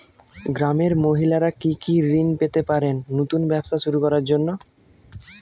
গ্রামের মহিলারা কি কি ঋণ পেতে পারেন নতুন ব্যবসা শুরু করার জন্য?